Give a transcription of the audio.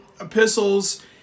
epistles